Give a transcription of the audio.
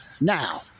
Now